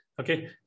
Okay